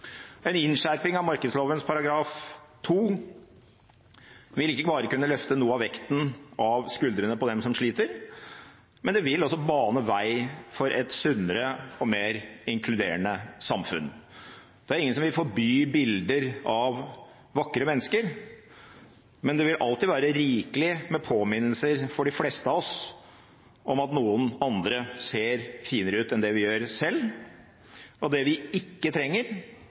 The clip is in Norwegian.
En innskjerping av markedsføringsloven § 2 vil ikke bare kunne løfte noe av vekten av skuldrene på dem som sliter, det vil også bane vei for et sunnere og mer inkluderende samfunn. Det er ingen som vil forby bilder av vakre mennesker, men det vil alltid være rikelig med påminnelser for de fleste av oss om at noen andre ser finere ut enn det vi gjør selv. Det vi ikke trenger,